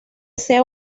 sea